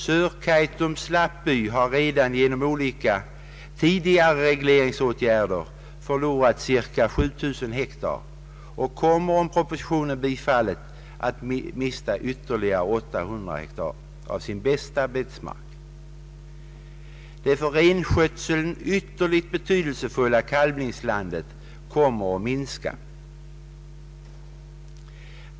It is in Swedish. Sörkaitums sameby har redan genom olika tidigare regleringsåtgärder förlorat 7 000 hektar och kommer, om propositionen bifalles, att mista ytterligare 800 hektar av sin bästa betesmark. Det för renskötseln ytterligt betydelsefulla kalvningslandet kommer att minska.